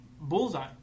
Bullseye